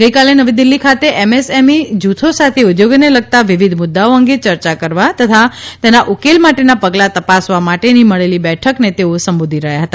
ગઈ કાલે નવી દિલ્ફી ખાતે એમએસએમઈ જૂથો સાથે ઉદ્યોગોને લગતા વિવિધ મુદ્દાઓ અંગે યર્યા કરવા તથા તેના ઉકેલ માટેનાં પગલાં તપાસવા માટેની મળેલી બેઠકને તેઓ સંબોધી રહ્યા હતા